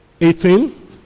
Eighteen